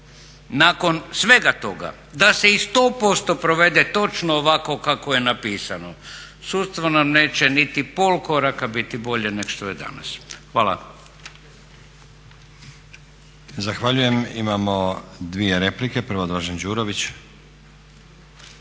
Nakon svega toga da se i 100% provede točno ovako kako je napisano sudstvo nam neće niti pola koraka biti bolje nego što je danas. Hvala.